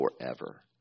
forever